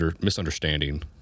misunderstanding